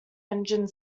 engine